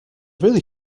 really